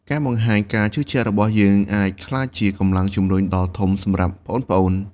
ការបង្ហាញការជឿជាក់របស់យើង អាចក្លាយជាកម្លាំងជំរុញដ៏ធំសម្រាប់ប្អូនៗ។